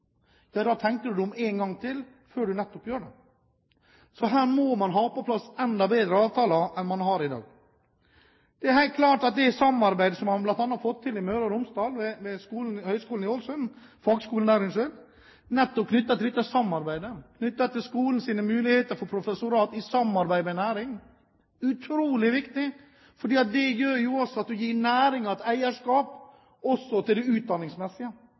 Ja, da tenker du deg om en gang til før du nettopp gjør det. Så her må man ha på plass enda bedre avtaler enn man har i dag. Det er helt klart at det samarbeidet som man bl.a. har fått til i Møre og Romsdal med Fagskolen i Ålesund, om skolens muligheter for professorat i et samarbeid med næringen, er utrolig viktig, for det gjør jo at du gir næringen et eierskap også til det utdanningsmessige.